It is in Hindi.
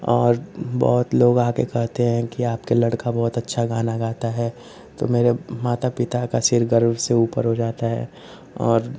और बहुत लोग आकर कहते हैं कि आपका लड़का बहुत अच्छा गाना गाता है तो मेरे माता पिता का सिर गर्व से ऊपर हो जाता है और